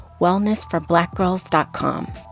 wellnessforblackgirls.com